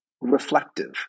reflective